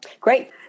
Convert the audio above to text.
Great